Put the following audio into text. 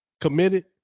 committed